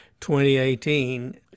2018